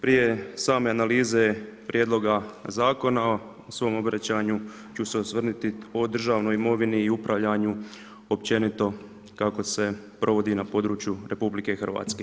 Prije same analize prijedlog zakona u svom obraćanju ću se osvrnuti o državnoj imovini i upravljanju općenito kako se provodi na području RH.